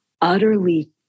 utterly